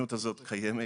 המדיניות הזאת קיימת,